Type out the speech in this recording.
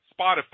Spotify